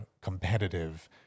competitive